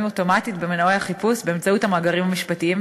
אוטומטית במנועי החיפוש באמצעות המאגרים המשפטיים,